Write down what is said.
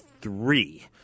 three